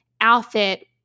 outfit